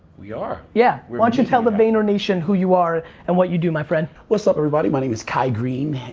we are. yeah. why don't you tell the vayner nation who you are and what you do, my friend. what's up, everybody? my name kai greene,